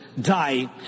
die